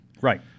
Right